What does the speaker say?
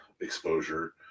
exposure